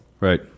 Right